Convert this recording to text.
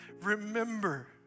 remember